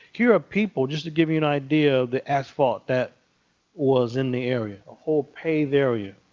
here are people just to give you an idea of the asphalt that was in the area, a whole paved area.